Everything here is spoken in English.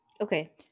Okay